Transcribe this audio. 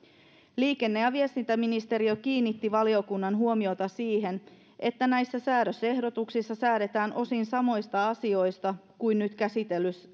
liikenne ja viestintäministeriö kiinnitti valiokunnan huomiota siihen että näissä säädösehdotuksissa säädetään osin samoista asioista kuin nyt